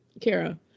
Kara